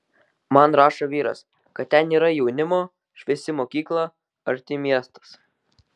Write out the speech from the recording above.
man rašo vyras kad ten yra jaunimo šviesi mokykla arti miestas